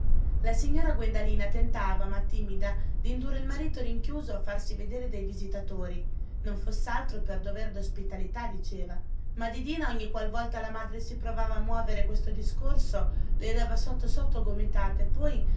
la signora guendalina tentava ma timida d'indurre il marito rinchiuso a farsi vedere dai visitatori non foss'altro per dovere d'ospitalità diceva ma didina ogni qualvolta la madre si provava a muovere questo discorso le dava sotto sotto gomitate poi